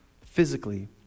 physically